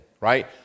right